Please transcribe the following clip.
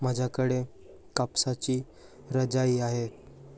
माझ्याकडे कापसाची रजाई आहे